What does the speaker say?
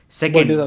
second